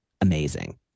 amazing